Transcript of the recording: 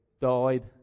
died